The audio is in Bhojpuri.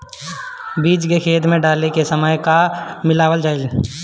बीज खेत मे डाले के सामय का का मिलावल जाई?